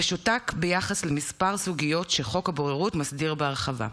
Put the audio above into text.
ושותק ביחס לכמה סוגיות שחוק הבוררות מסדיר בהרחבה.